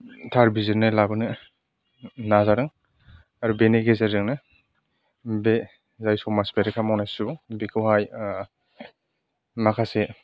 थार बिजिरनाय लाबोनो नाजादों आरो बेनि गेजेरजोंनो बे जाय समाज बेरेखा मावनाय सुबुं बेखौहाय माखासे